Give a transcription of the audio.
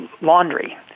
laundry